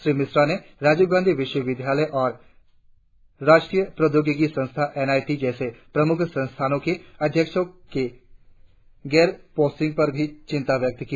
श्री मिश्रा ने राजीव गांधी विश्वविद्यालय और राष्ट्रीय प्रौद्योगिकी संस्था एन आई टी जैसे प्रमुख संस्थानों की अध्यक्षों की गैर पोस्टिंग पर भी चिंता व्यक्त की